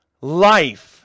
life